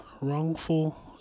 wrongful